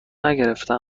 نگرفته